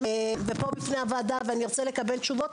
ואציג בפני אדוני מקרים ופה בפני הוועדה ואני ארצה לקבל תשובות